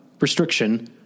restriction